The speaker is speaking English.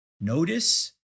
notice